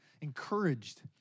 encouraged